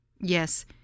Yes